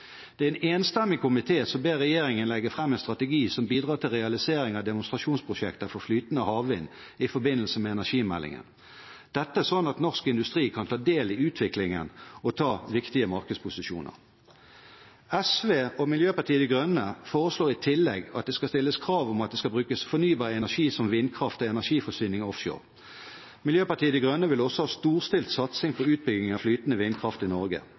Det er en enstemmig komité som ber regjeringen legge fram en strategi som bidrar til realisering av demonstrasjonsprosjekter for flytende havvind i forbindelse med energimeldingen, dette slik at norsk industri kan ta del i utviklingen og ta viktige markedsposisjoner. SV og Miljøpartiet De Grønne foreslår i tillegg at det skal stilles krav om at det skal brukes fornybar energi som vindkraft til energiforsyningen offshore. Miljøpartiet De Grønne vil også ha storstilt satsing på utbygging av flytende vindkraft i Norge.